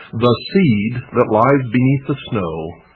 the seed that lies beneath the snow,